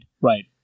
Right